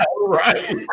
right